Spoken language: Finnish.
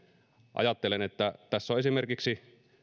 ajattelen että tässä on esimerkiksi